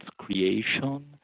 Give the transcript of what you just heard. creation